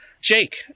Jake